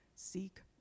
Seek